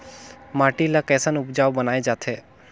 माटी ला कैसन उपजाऊ बनाय जाथे?